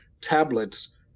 tablets